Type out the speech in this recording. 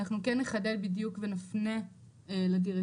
אנחנו כן נחדד בדיוק ונפנה לדירקטיבה